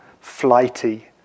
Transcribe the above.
flighty